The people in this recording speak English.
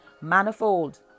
manifold